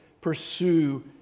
pursue